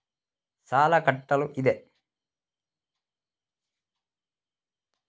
ಸಾಲ ಕಟ್ಟಲು ಇದೆ